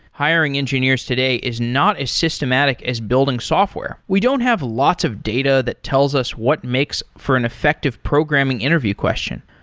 hiring engineers today is not as systematic as building software. we don't have lots of data that tells us what makes for an effective programming interview question.